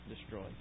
destroyed